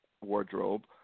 wardrobe